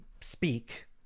speak